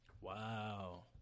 Wow